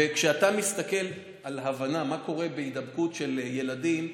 וכשאתה מסתכל כדי להבין מה קורה בהידבקות של ילדים.